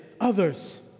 others